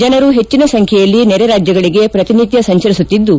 ಜನರು ಹೆಚ್ಚಿನ ಸಂಬ್ಲೆಯಲ್ಲಿ ನೆರೆರಾಜ್ಗಳಿಗೆ ಪ್ರತಿನಿತ್ತ ಸಂಚರಿಸುತ್ತಿದ್ದು